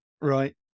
Right